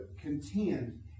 contend